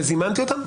וזימנתי אותם,